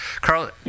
Carl